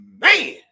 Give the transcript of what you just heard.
man